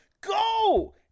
Go